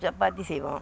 சப்பாத்தி செய்வோம்